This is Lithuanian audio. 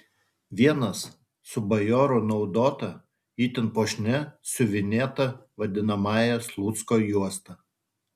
vienas su bajorų naudota itin puošnia siuvinėta vadinamąja slucko juosta